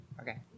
Okay